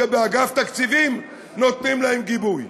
כשבאגף התקציבים נותנים להן גיבוי.